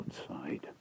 Outside